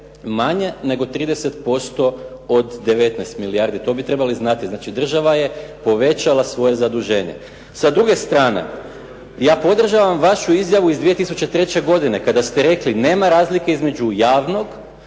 manje nego 30% od 19 milijardi. To bi trebali znati. Znači država je povećala svoje zaduženje. Sa druge strane, ja podržavam vašu izjavu iz 2003. godine kada ste rekli nema razlike između javnog